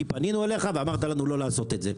כי פנינו אליך ואמרת לנו לא לעשות את זה.